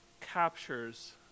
captures